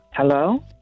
Hello